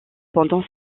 pendant